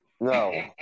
no